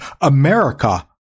America